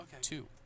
two